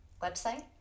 website